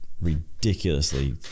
ridiculously